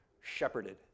shepherded